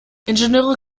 ingenieure